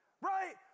Right